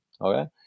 Okay